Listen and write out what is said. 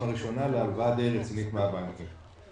הראשונה להלוואה די רצינית מהבנקים.